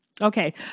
Okay